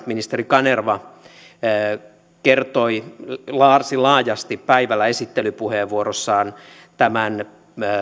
ministeri kanerva kertoi varsin laajasti päivällä esittelypuheenvuorossaan tämän